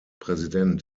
präsident